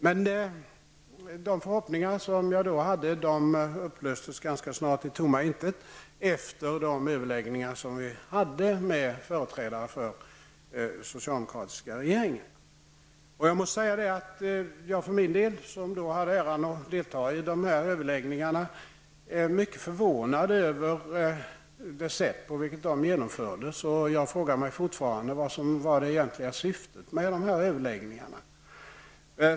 Dessa förhoppningar upplöstes ganska snart i tomma intet efter de överläggningar som vi hade med företrädare för den socialdemokrateriska regeringen. Jag, som hade äran att delta i de här överläggningarna, är för min del mycket förvånad över det sätt på vilket de genomfördes. Jag frågar mig fortfarande vad som var det egentliga syftet med dessa överläggningar.